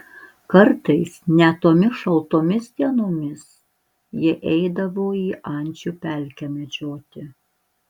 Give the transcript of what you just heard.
kartais net tomis šaltomis dienomis jie eidavo į ančių pelkę medžioti